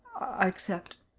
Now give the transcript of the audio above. i accept,